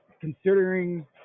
considering